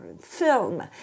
film